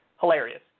hilarious